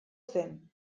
zen